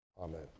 Amen